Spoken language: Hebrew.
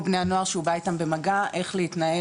או בני הנוער שהוא בא איתם במגע איך להתנהל